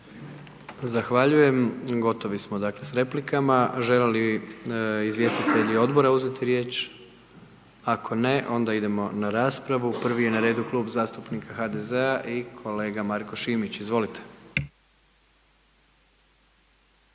Zahvaljujem. Gotovi smo s replikama. Žele li izvjestitelji odbora uzeti riječ? Ako ne, onda idemo na raspravu, prvi je na redu Klub zastupnika HDZ-a i kolega Marko Šimić, izvolite.